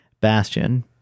Bastion